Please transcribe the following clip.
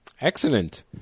Excellent